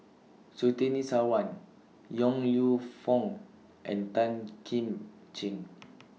Surtini Sarwan Yong Lew Foong and Tan Kim Ching